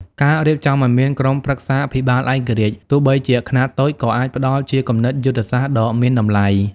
ការរៀបចំឱ្យមាន "ក្រុមប្រឹក្សាភិបាលឯករាជ្យ" ទោះបីជាខ្នាតតូច ក៏អាចផ្ដល់ជាគំនិតយុទ្ធសាស្ត្រដ៏មានតម្លៃ។